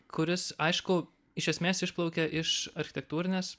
kuris aišku iš esmės išplaukia iš architektūrinės